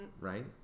right